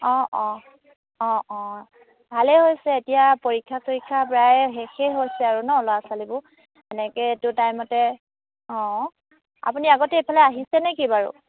অঁ অঁ অঁ অঁ ভালেই হৈছে এতিয়া পৰীক্ষা চৰীক্ষা প্ৰায় শেষেই হৈছে আৰু নহ্ ল'ৰা ছোৱালীবোৰ এনেকৈ এইটো টাইমতে অঁ আপুনি আগতে এইফালে আহিছে নে কি বাৰু